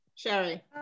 Sherry